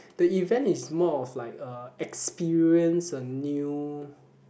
the event is more of like a experience a new